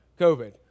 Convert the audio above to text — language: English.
COVID